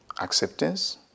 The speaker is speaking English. acceptance